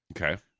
Okay